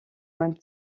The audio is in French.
même